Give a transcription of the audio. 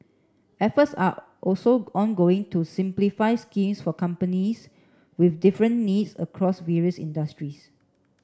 efforts are also ongoing to simplify schemes for companies with different needs across various industries